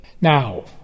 Now